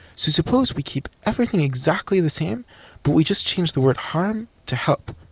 so suppose we keep everything exactly the same but we just change the word harm to help.